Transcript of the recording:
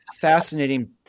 fascinating